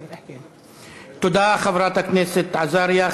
תודה, חברת הכנסת עזריה.